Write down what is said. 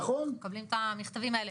אנחנו מקבלים את המכתבים האלה.